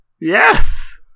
Yes